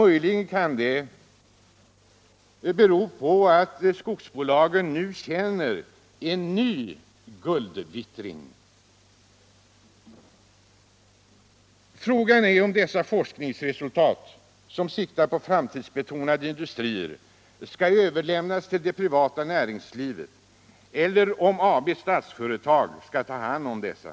Möjligen kan detta bero på att skogsbolagen nu känner en ny guldvittring. Frågan är om dessa forskningsresultat, som har betydelse för framtidsbetonade industrier, skall överlämnas till det privata näringslivet eller om Statsföretag AB skall ta hand om detta.